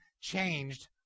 changed